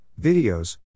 videos